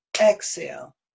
Exhale